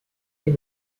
les